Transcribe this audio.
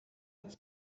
нас